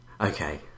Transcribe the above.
okay